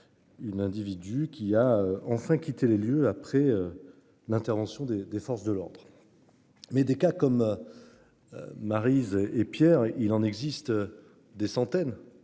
Une individus qui a enfin quitté les lieux après. L'intervention des des forces de l'ordre. Mais des cas comme. Maryse et Pierre il en existe des centaines